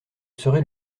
serais